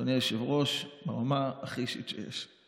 אדוני היושב-ראש, ברמה הכי אישית שיש.